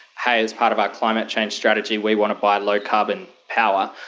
hey, as part of our climate change strategy we want to buy low carbon power,